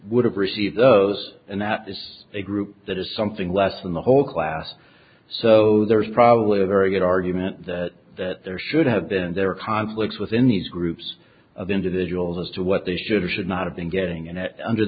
would have received those and that is a group that is something less than the whole class so there's probably a very good argument that there should have been there are conflicts within these groups of individuals as to what they should or should not have been getting and under